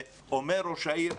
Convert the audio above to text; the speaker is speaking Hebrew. אומר ראש העיר,